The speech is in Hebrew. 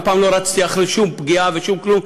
אף פעם לא רצתי אחרי שום פגיעה ושום כלום,